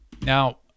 Now